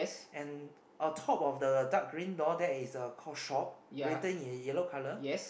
and on top of the dark green door there is the called shop written in yellow colour